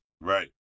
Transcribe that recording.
Right